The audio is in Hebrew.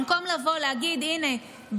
במקום לבוא ולהגיד: הינה,